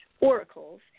oracles